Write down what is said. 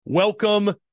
Welcome